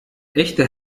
echte